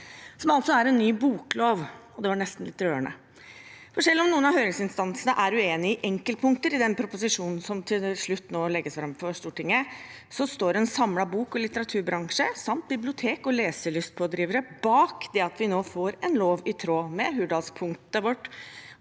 som er en ny boklov. Det var nesten litt rørende. Selv om noen av høringsinstansene er uenig i enkeltpunkter i proposisjonen som til slutt nå legges fram for Stortinget, står en samlet bok- og litteraturbransje samt bibliotek og leselystpådrivere bak at vi nå får en lov i tråd med punktet vårt